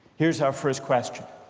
here's our first question